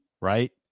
right